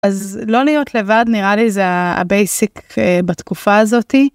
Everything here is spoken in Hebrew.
אז לא להיות לבד נראה לי זה ה... ה-basic בתקופה הזאתי.